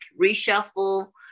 reshuffle